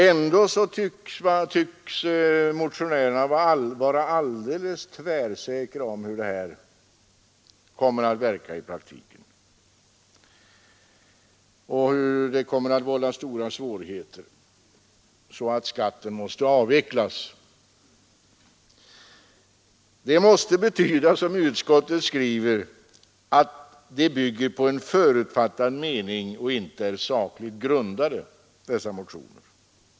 Ändå tycks motionärerna vara alldeles tvärsäkra på hur skatten kommer att verka i praktiken och att den kommer att vålla så stora svårigheter att den borde avvecklas. Det måste betyda, som utskottet skriver, att dessa motioner bygger på en förutfattad mening och inte är sakligt grundade.